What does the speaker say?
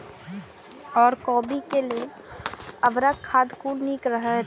ओर कोबी के लेल उर्वरक खाद कोन नीक रहैत?